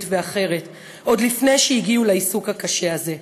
ואחרת עוד לפני שהגיעו לעיסוק הקשה הזה.